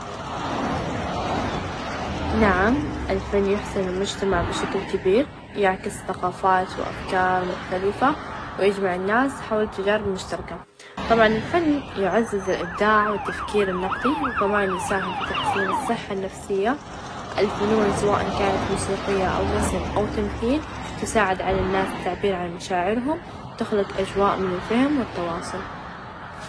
عيش حياة جديدة يعني التوازن بين الجوانب المختلفة في الحياة، يشمل الصحة النفسية، والجسدية ، العلاقات الجيدة مع الناس، والشعور بالسعادة، والرظا، يعني كمان تحقيق الأهداف ، والطموحات، والقدرة على استمتاع باللحظات الصغيرة، الحياة الجيدة تكون مليانة تجارب إيجابية، وراحة نفسية.